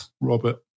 robert